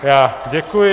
Já děkuji.